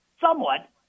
somewhat